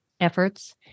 efforts